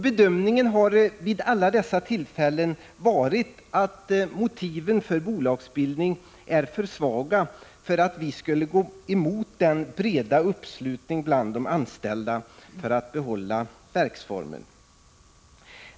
Bedömningen vid alla dessa tillfällen har varit att motiven för bolagsbildning är för svaga för att vi skulle kunna gå emot den breda uppslutningen bland de anställda för att behålla verksformen.